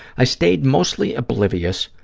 i stayed mostly oblivious,